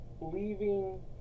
leaving